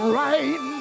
right